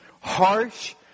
harsh